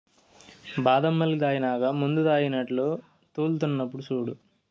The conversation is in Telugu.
బాదం మిల్క్ తాగినాక మందుతాగినట్లు తూల్తున్నడు సూడు